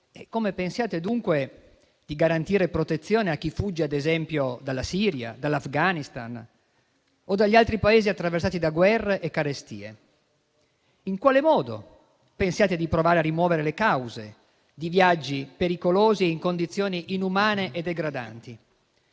e come pensiate, dunque, di garantire protezione a chi fugge, ad esempio dalla Siria, dall'Afghanistan o dagli altri Paesi attraversati da guerra e carestie; in quale modo pensiate di provare a rimuovere le cause di viaggi pericolosi e in condizioni inumane e degradanti.